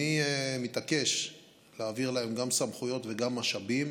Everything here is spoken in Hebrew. אני מתעקש להעביר להם גם סמכויות וגם משאבים,